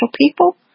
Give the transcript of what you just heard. people